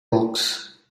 box